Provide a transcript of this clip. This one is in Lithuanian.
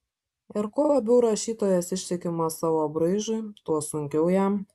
ir kuo labiau rašytojas ištikimas savo braižui tuo sunkiau jam